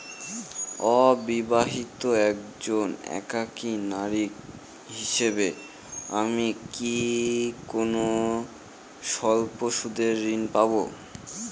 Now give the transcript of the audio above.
অবিবাহিতা একজন একাকী নারী হিসেবে আমি কি কোনো স্বল্প সুদের ঋণ পাব?